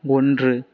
ஒன்று